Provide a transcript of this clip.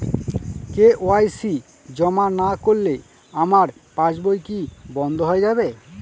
KYC জমা না করলে আমার পাসবই কি বন্ধ হয়ে যাবে?